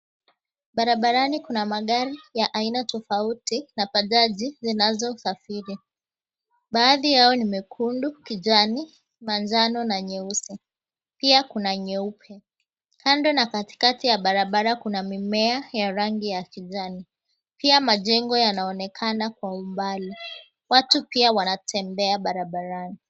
Barabarani kuna magari ya aina tofauti na bajaji zinazosafiri. Baadhi yao ni mekundu, kijani, manjano na nyeusi, pia kuna nyeupe. Kando na katikati ya barabara kuna mimea ya rangi ya kijani. Pia majengo yanaonekana kwa umbali, watu pia wanatembea barabarani.